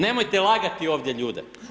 Nemojte lagati ovdje ljude!